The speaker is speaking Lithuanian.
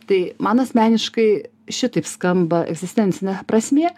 tai man asmeniškai šitaip skamba egzistencinė prasmė